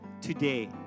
today